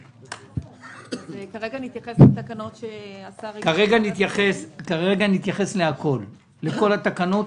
כרגע נתייחס לכל התקנות,